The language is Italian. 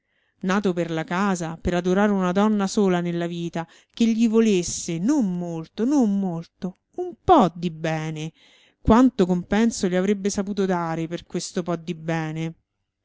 nato per la casa per adorare una donna sola nella vita che gli volesse non molto non molto un po di bene quanto compenso le avrebbe saputo dare per questo po di bene